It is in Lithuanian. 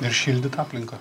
ir šildyt aplinką